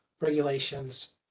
regulations